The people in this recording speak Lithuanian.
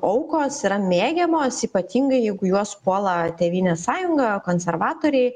aukos yra mėgiamos ypatingai jeigu juos puola tėvynės sąjunga konservatoriai